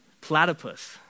Platypus